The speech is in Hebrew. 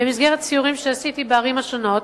במסגרת סיורים שעשיתי בערים השונות.